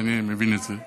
אני מבין את זה.